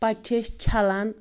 پَتہٕ چھِ أسۍ چھلان